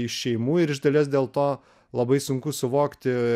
iš šeimų ir iš dalies dėl to labai sunku suvokti